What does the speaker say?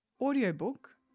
audiobook